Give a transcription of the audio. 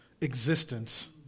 existence